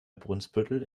brunsbüttel